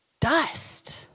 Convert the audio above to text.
dust